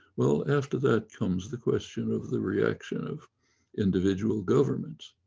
well, after that comes the question of the reaction of individual governments.